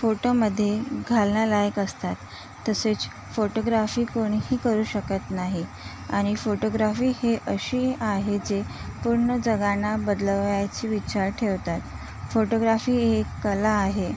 फोटोमध्ये घालण्यालायक असतात तसेच फोटोग्राफी कोणीही करू शकत नाही आणि फोटोग्राफी हे अशी आहे जे पूर्ण जगाना बदलवायची इच्छा ठेवतात फोटोग्राफी हे एक कला आहे